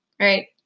Right